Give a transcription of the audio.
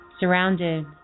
Surrounded